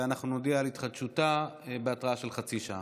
ואנחנו נודיע על התחדשותה בהתראה של חצי שעה.